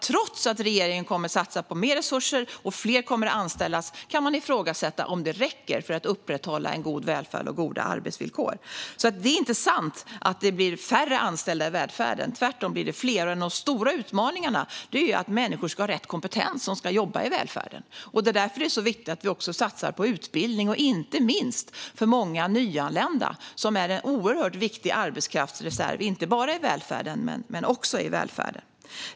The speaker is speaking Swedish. Trots att regeringen kommer att satsa på mer resurser och att fler kommer att anställas kan man ifrågasätta om det räcker för att upprätthålla en god välfärd och goda arbetsvillkor. Det är inte sant att det blir färre anställda i välfärden. Tvärtom blir det fler. Men en av de stora utmaningarna är att människor som ska jobba i välfärden ska ha rätt kompetens. Det är därför som det är så viktigt att vi satsar på utbildning. Det gäller inte minst för många nyanlända. De är en oerhört viktig arbetskraftsreserv inte bara i välfärden men också i välfärden.